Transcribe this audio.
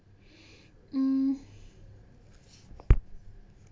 mm